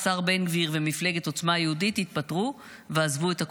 השר בן גביר ומפלגת עוצמה יהודית התפטרו ועזבו את הקואליציה.